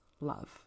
love